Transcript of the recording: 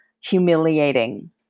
humiliating